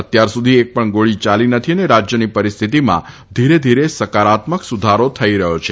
અત્યારસુધી એકપણ ગોળી ચાલી નથી અને રાજ્યની પરિસ્થિતીમાં ધીરે ધીરે સકારાત્મક સુધારો થઇ રહ્યો છે